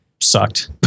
sucked